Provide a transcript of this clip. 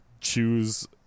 choose